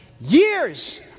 Years